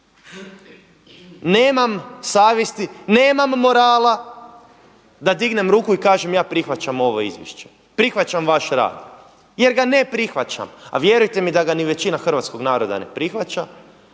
nemam savjesti, nemam morala da dignem ruku i kažem ja prihvaćam ovo izvješće, prihvaćam vaš rad jer ga ne prihvaćam, a vjerujte mi da ga ni većina hrvatskog naroda ne prihvaća